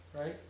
Right